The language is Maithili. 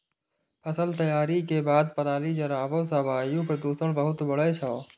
फसल तैयारी के बाद पराली जराबै सं वायु प्रदूषण बहुत बढ़ै छै